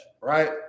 right